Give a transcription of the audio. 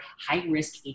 high-risk